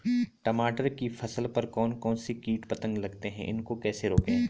टमाटर की फसल पर कौन कौन से कीट पतंग लगते हैं उनको कैसे रोकें?